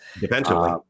defensively